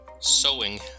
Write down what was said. Sewing